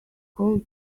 whole